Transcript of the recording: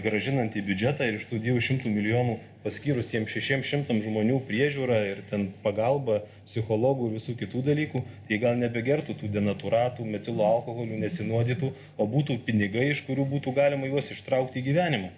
grąžinant į biudžetą iš tų dviejų šimtų milijonų paskyrus tiems šešiems šimtams žmonių priežiūrą ir ten pagalbą psichologų ir visų kitų dalykų tai gal nebegertų tų denatūratų metilo alkoholių nesinuodytų o būtų pinigai iš kurių būtų galima juos ištraukti į gyvenimą